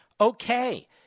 Okay